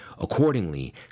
Accordingly